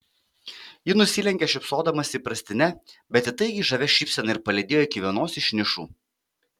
ji nusilenkė šypsodamasi įprastine bet įtaigiai žavia šypsena ir palydėjo iki vienos iš nišų